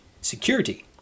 Security